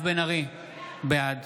בעד